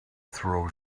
throw